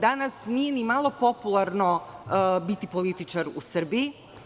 Danas nije ni malo popularno biti političar u Srbiji.